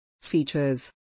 features